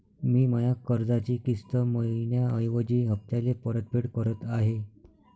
मी माया कर्जाची किस्त मइन्याऐवजी हप्त्याले परतफेड करत आहे